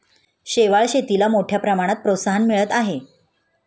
शेवाळ शेतीला मोठ्या प्रमाणात प्रोत्साहन मिळत आहे